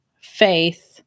faith